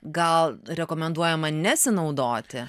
gal rekomenduojama nesinaudoti